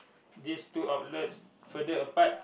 these two outlets further apart